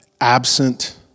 absent